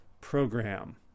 program